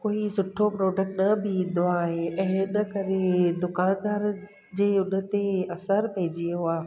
कोई सुठो प्रोडक्ट न बि ईंदो आहे ऐं हिन करे दुकानदारनि जे हुन ते असरु पइजी वियो आहे